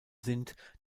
sind